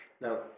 Now